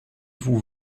vous